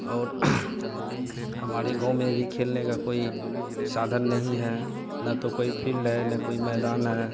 और हमारे गाँव में भी खेलने का कोई साधन नहीं है ना तो कोई फिल्ड है ना कोई मैदान है